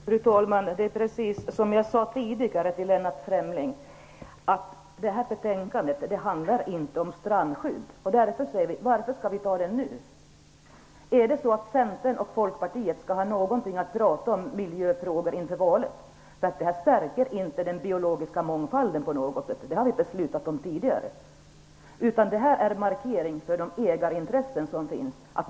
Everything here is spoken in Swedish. Fru talman! Det är precis som jag sade tidigare till Lennart Fremling, att detta betänkande inte handlar om strandskydd. Därför säger vi: Varför skall vi behandla det nu? Är det för att Centern och Folkpartiet skall ha något att komma med när det gäller miljöfrågorna inför valet? Det här stärker inte på något sätt den biologiska mångfalden. Den har vi beslutat om tidigare. Detta är en markering för de ägarintressen som finns.